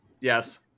Yes